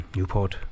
Newport